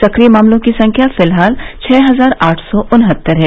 सक्रिय मामलों की संख्या फिलहाल छह हजार आठ सौ उनहत्तर है